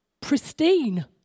pristine